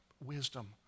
wisdom